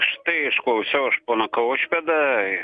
štai išklausiau aš poną kaušpėdą